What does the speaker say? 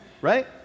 right